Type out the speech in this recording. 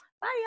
Bye